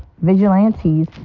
vigilantes